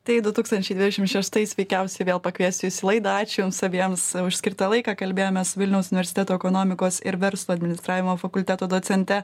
tai du tūkstančiai dvidešim šeštais veikiausiai vėl pakviesiu jus į laidą ačiū jums abiems už skirtą laiką kalbėjomės su vilniaus universiteto ekonomikos ir verslo administravimo fakulteto docente